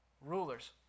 rulers